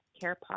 care